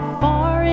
far